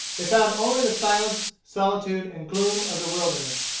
they found only the silence, solitude, and gloom of the wilderness.